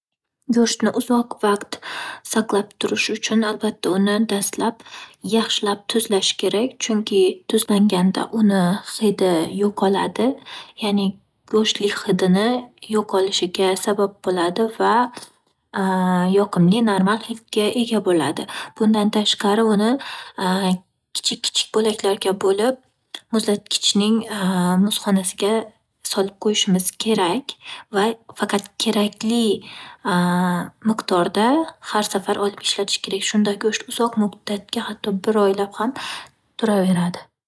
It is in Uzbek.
Go'shtni uzoq vaqt saqlab turish uchun, albatta, uni dastlab yaxshilab tuzlash kerak, chunki tuzlanganda uni hidi yo'qoladi, ya'ni go'shtlik hidini yo'qolishiga sabab bo'ladi va yoqimli, normal hidga ega bo'ladi. Bundan tashqari, uni kichik-kichik bo'laklarga bo'lib, muzlatgichning muzxonasiga solib qo'yishimiz kerak va faqat kerakli miqdorda har safar olib ishlatish kerak. Shunda go'sht uzoq muddatga hatto bir oylab ham turaveradi.